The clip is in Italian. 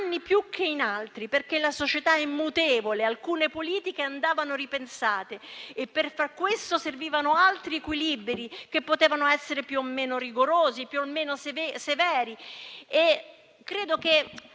far questo servivano altri equilibri che potevano essere più o meno rigorosi e più o meno severi.